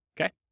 Okay